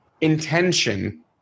intention